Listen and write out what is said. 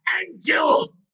Angel